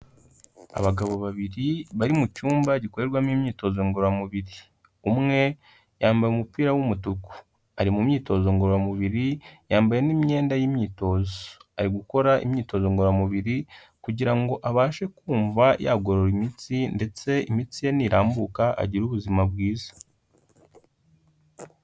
Abagabo babiri bari mu cyumba gikorerwamo imyitozo ngororamubiri. Umwe yambaye umupira w'umutuku, ari mu myitozo ngororamubiri, yambaye n'imyenda y'imyitozo, ari gukora imyitozo ngororamubiri kugira ngo abashe kumva yagorora imitsi ndetse imitsi ye nirambuka agire ubuzima bwiza.